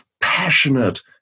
passionate